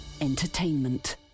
entertainment